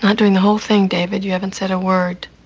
um during the whole thing. david, you haven't said a word